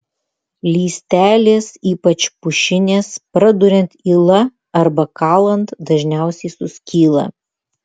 lystelės ypač pušinės praduriant yla arba kalant dažniausiai suskyla